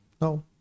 No